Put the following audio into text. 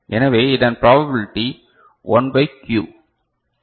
எனவே இதன் probability 1 by q திருத்தம்